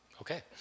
okay